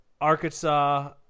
Arkansas